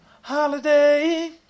Holiday